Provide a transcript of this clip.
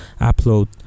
upload